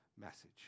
message